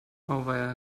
auweia